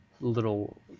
little